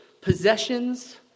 possessions